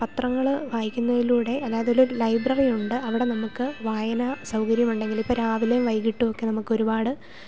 പത്രങ്ങൾ വായിക്കുന്നതിലൂടെ അതായതൊരു ലൈബ്രറി ഉണ്ട് അവിടെ നമുക്ക് വായനാ സൗകര്യം ഉണ്ടെങ്കിൽ ഇപ്പം രാവിലേം വൈകിട്ടും ഒക്കെ നമുക്ക് ഒരുപാട്